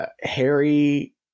Harry